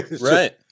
Right